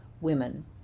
women